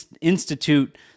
institute